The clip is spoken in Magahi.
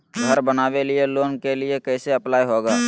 घर बनावे लिय लोन के लिए कैसे अप्लाई होगा?